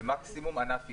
ומקסימום הענף יקרוס.